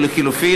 או לחלופין,